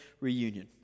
reunion